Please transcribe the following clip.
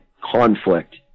conflict